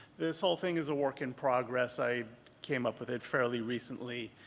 this whole thing is a work in progress, i came up with it fairly recently.